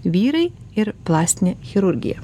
vyrai ir plastinė chirurgija